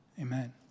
Amen